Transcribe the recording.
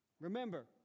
Remember